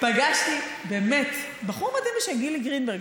פגשתי בחור באמת מדהים בשם גילי גרינברג,